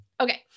okay